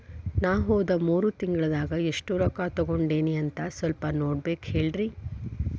ನಾ ಹೋದ ಮೂರು ತಿಂಗಳದಾಗ ಎಷ್ಟು ರೊಕ್ಕಾ ತಕ್ಕೊಂಡೇನಿ ಅಂತ ಸಲ್ಪ ನೋಡ ಹೇಳ್ರಿ